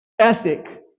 ethic